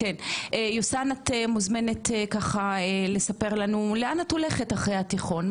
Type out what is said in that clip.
יוסן את מוזמנת ככה לספר לנו לאן את הולכת אחרי התיכון?